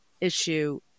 issue